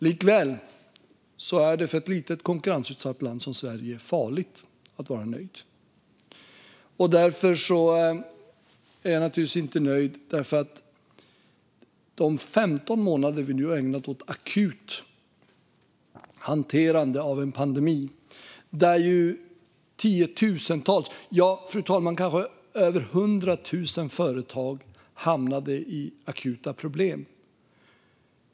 Likväl är det för ett litet konkurrensutsatt land som Sverige farligt att vara nöjd. Därför är jag naturligtvis inte nöjd. Vi har nu ägnat 15 månader åt akut hanterande av en pandemi där tiotusentals företag - ja, fru talman, kanske över hundra tusen företag - hamnade i akuta problem.